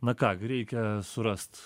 na ką gi reikia surast